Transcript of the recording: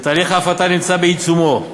ותהליך ההפרטה נמצא בעיצומו.